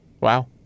Wow